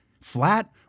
Flat